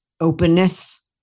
openness